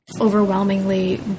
overwhelmingly